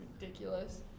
ridiculous